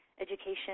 education